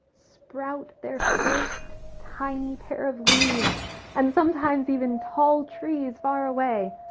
sprout their first tiny pair of leaves and sometimes even tall trees fall away.